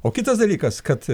o kitas dalykas kad